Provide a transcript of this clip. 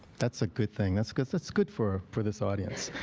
that's a good thing. that's good that's good for for this audience.